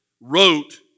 wrote